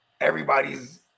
Everybody's